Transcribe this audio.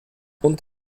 und